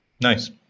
Nice